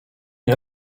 nie